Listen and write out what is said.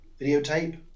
Videotape